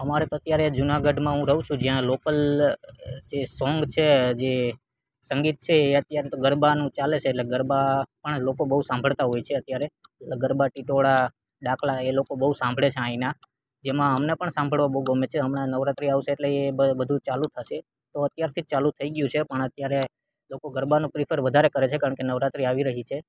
અમારે તો અત્યારે જુનાગઢમાં હું રહુ છું જ્યાં લોકલ જે સોંગ છે જે સંગીત છે એ અત્યારે તો ગરબાનું ચાલે છે એટલે ગરબા પણ લોકો બહુ સાંભળતા હોય છે અત્યારે ગરબા ટિટોળા ડાકલા એ લોકો સાંભળે છે આઈના જેમાં અમને પણ સાંભળવા બહુ ગમે છે હમણાં નવરાત્રી આવશે એટલે એ બધું ચાલું થશે તો અત્યારથી જ ચાલુ થઈ ગ્યું છે પણ અત્યારે લોકો ગરબાનું પ્રિફર વધારે કરે છે કારણ કે નવરાત્રી આવી રહી છે